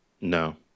no